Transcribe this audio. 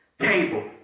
table